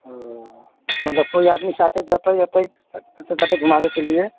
ओ मतलब कोइ आदमी साथे जेतै ओतऽ घुमाबैके लिए